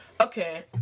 Okay